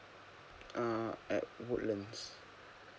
uh at woodlands